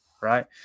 right